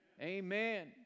amen